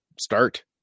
start